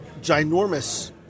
ginormous